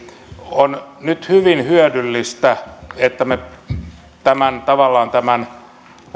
on nyt hyvin hyödyllistä että me tavallaan tämän